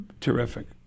terrific